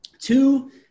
Two